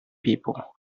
people